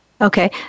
Okay